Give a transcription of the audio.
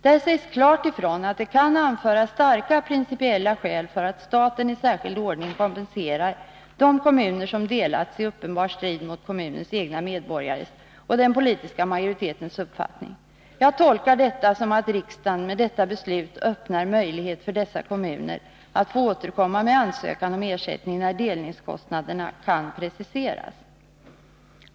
Där sägs det klart ifrån, att det kan anföras starka principiella skäl ”för att staten i särskild ordning kompenserar de kommuner som delats i uppenbar strid mot kommunens egna medborgares och den politiska majoritetens uppfattning”. Jag tolkar detta så att riksdagen med det här beslutet öppnar möjlighet för dessa kommuner att få återkomma med ansökan om ersättning när delningskostnaderna kan preciseras.